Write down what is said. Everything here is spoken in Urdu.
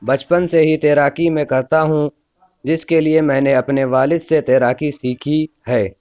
بچپن سے ہی تیراکی میں کرتا ہوں جس کے لیے میں نے اپنے والد سے تیراکی سیکھی ہے